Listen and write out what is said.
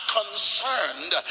concerned